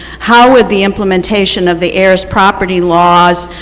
how would the imitation of the ayers property laws